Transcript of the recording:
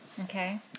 Okay